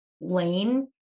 lane